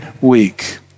week